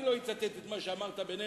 ואני לא אצטט את מה שאמרת בינינו,